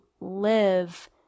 live